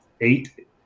eight